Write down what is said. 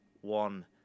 one